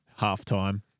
halftime